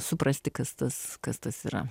suprasti kas tas kas tas yra